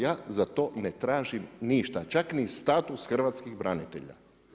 Ja za to ne tražim ništa, čak ni status hrvatskih branitelja.